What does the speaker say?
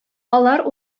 алар